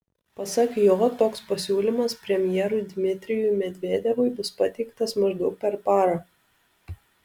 pasak jo toks pasiūlymas premjerui dmitrijui medvedevui bus pateiktas maždaug per parą